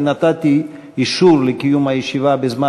אני נתתי אישור לקיום הישיבה בזמן